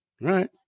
right